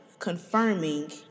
confirming